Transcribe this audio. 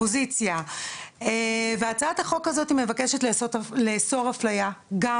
אופוזיציה והצעת החוק הזאתי בעצם מה שהיא מבקשת זה לאסור אפליה גם